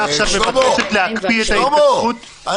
עכשיו מבקשת להקפיא את ההתקשרות -- שלמה.